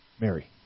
Mary